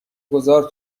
گذار